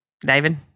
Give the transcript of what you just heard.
David